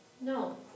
No